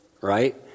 Right